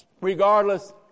regardless